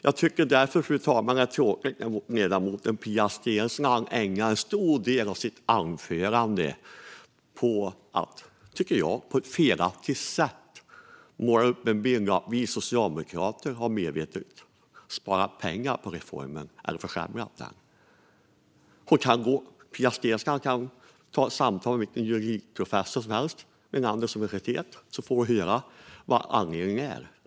Jag tycker därför, fru talman, att det är tråkigt att ledamoten Pia Steensland ägnade en stor del av sitt anförande åt att på ett, tycker jag, felaktigt sätt måla upp en bild av att vi socialdemokrater medvetet har sparat pengar på reformen eller försämrat den. Pia Steensland kan ta ett samtal med vilken juridikprofessor som helst vid landets universitet om hon vill höra vad anledningen är.